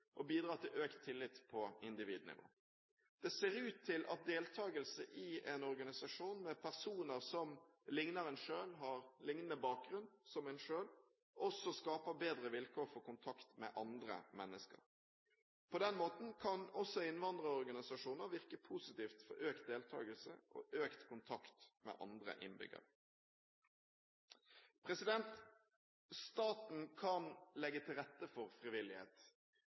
til økt tillit på individnivå. Det ser ut til at deltakelse i en organisasjon med personer som ligner en selv, har lignende bakgrunn som en selv, også skaper bedre vilkår for kontakt med andre mennesker. På den måten kan også innvandrerorganisasjoner virke positivt for økt deltakelse og økt kontakt med andre innbyggere. Staten kan legge til rette for frivillighet,